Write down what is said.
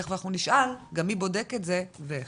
תכף נשאל גם מי בודק את זה ואיך.